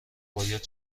باید